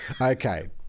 Okay